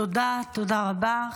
תודה, תודה רבה.